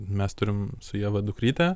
mes turime su ieva dukrytę